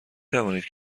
توانید